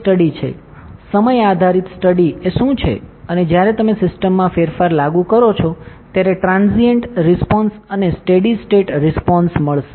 સમય આધારિત સ્ટડી એ શું છે અને જ્યારે તમે સિસ્ટમમાં ફેરફાર લાગુ કરો છો ત્યારે ટ્રાન્સીયેન્ટ રિસ્પોન્સ અને સ્ટેડી સ્ટેટ રિસ્પોન્સ મળશે